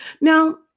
Now